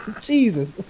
Jesus